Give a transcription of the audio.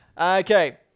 Okay